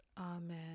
Amen